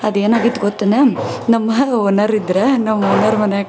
ಅದು ಏನಾಗಿತ್ತು ಗೊತ್ತೇನ ನಮ್ಮ ಓನರಿದ್ರು ನಮ್ಮ ಓನರ್ ಮನೆಯಾಗ